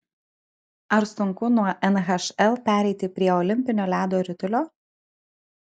ar sunku nuo nhl pereiti prie olimpinio ledo ritulio